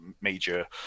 major